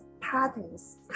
patterns